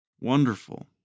Wonderful